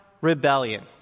rebellion